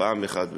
פעם אחת ולתמיד.